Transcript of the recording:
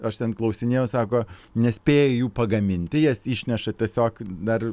aš ten klausinėjau sako nespėja jų pagaminti jas išneša tiesiog dar